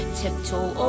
tiptoe